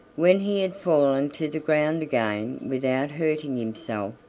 when he had fallen to the ground again without hurting himself,